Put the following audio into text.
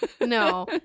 No